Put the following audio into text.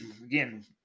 Again